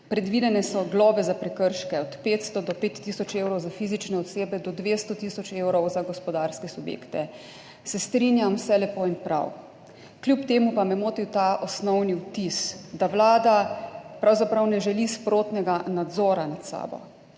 predvidene so globe za prekrške od 500 do 5 tisoč evrov za fizične osebe, do 200 tisoč evrov za gospodarske subjekte. Se strinjam, vse lepo in prav. Kljub temu pa me je motil ta osnovni vtis, da vlada pravzaprav ne želi sprotnega nadzora nad sabo.